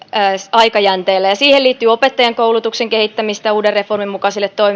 aikajänteellä ja siihen liittyy opettajankoulutuksen kehittämistä uuden reformin mukaisille